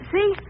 See